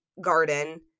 garden